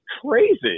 crazy